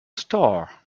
store